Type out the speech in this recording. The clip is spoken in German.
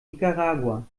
nicaragua